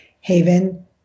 Haven